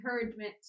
encouragement